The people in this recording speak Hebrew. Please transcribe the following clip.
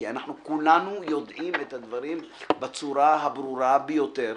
כי אנחנו כולנו יודעים את הדברים בצורה הברורה ביותר,